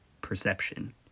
perception